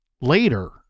later